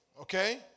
Okay